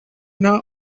not